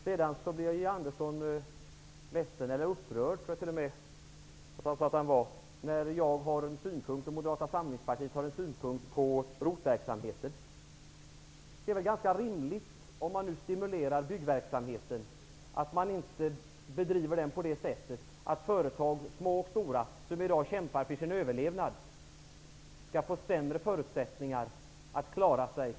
Georg Andersson sade att han blev ledsen och upprörd över att jag och Moderata samlingspartiet har en synpunkt på ROT-verksamheten. Om man stimulerar byggverksamheten är det väl ganska rimligt att man inte bedriver den på det sättet att företag, både små och stora, som i dag kämpar för sin överlevnad skall få sämre förutsättningar att klara sig.